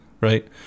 right